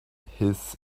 his